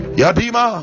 yadima